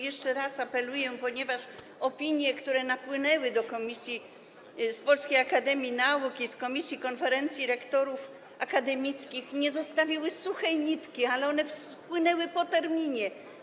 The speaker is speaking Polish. Jeszcze raz apeluję, ponieważ opinie, które napłynęły do komisji z Polskiej Akademii Nauk i z komisji konferencji rektorów akademickich, nie zostawiły na tym suchej nitki, ale one wpłynęły po terminie.